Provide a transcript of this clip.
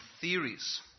theories